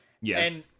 Yes